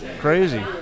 Crazy